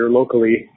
locally